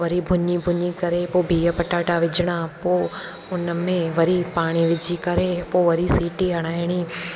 वरी भुञी भुञी करे पोइ बिह पटाटा विझणा पोइ उन में वरी पाणी विझी करे पोइ वरी सीटी हराइणी